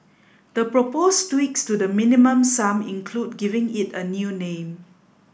the proposed tweaks to the Minimum Sum include giving it a new name